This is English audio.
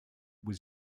was